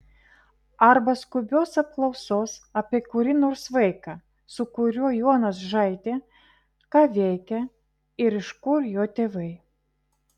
arba skubios apklausos apie kurį nors vaiką su kuriuo jonas žaidė ką veikia ir iš kur jo tėvai